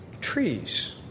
trees